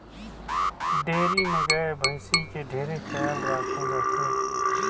dairy में गाय, भइसी के ढेरे खयाल राखल जाथे